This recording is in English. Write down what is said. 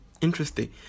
Interesting